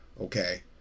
okay